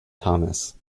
thomas